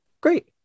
Great